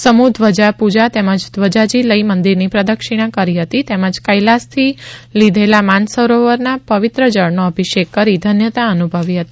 સમુહ ધ્વજા પુજા તેમજ ધ્વજાજી લઇ મંદિરની પ્રદક્ષિણા કરી હતી તેમજ કૈલાસથી લીધેલ માનસરોવરના પવિત્ર જળનો અભિષેક કરી ધન્યતા અનુભવી હતી